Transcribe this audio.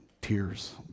tears